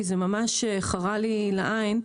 כי זה ממש חרה לי לעין.